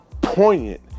poignant